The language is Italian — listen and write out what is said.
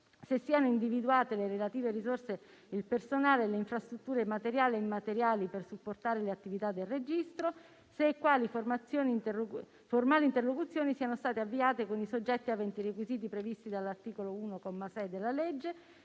ad individuare le relative risorse, il personale, nonché le infrastrutture materiali e immateriali per supportare le attività del registro; se e quali formali interlocuzioni siano state avviate con soggetti aventi i requisiti previsti dall'articolo 1, comma 6, della legge